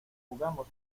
jugamos